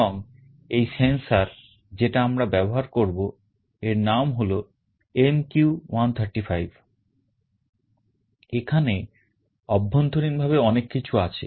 এবং এই sensor যেটা আমরা ব্যবহার করব এর নাম হলো MQ135 এখানে অভ্যন্তরীণভাবে অনেক কিছু আছে